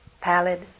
pallid